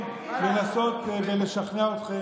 אין לי אפילו רצון לנסות ולשכנע אתכם,